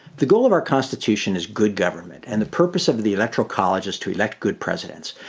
the goal of our constitution is good government. and the purpose of the electoral college is to elect good presidents.